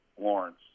Lawrence